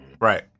Right